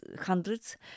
hundreds